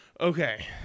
Okay